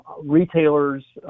retailers